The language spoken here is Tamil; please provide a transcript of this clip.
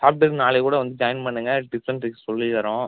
சாப்பிடுட்டு நாளைக்கு கூட வந்து ஜாயின் பண்ணுங்க டிப்ஸ் அண்ட் ட்ரிக்ஸ் சொல்லி தரோம்